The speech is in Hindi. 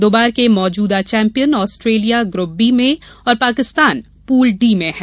दो बार के मौजूदा चैंपियन ऑस्ट्रेलिया ग्रूप बी में और पाकिस्तान पूल डी में है